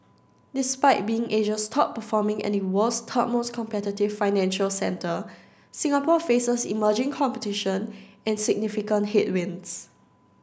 despite being Asia's top performing and the world's third most competitive financial centre Singapore faces emerging competition and significant headwinds